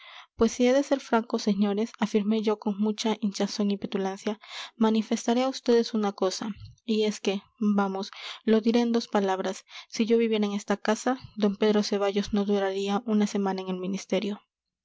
pues si he de ser franco señores afirmé yo con mucha hinchazón y petulancia manifestaré a vds una cosa y es que vamos lo diré en dos palabras si yo viviera en esta casa d pedro ceballos no duraría una semana en el ministerio